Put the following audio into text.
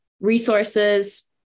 resources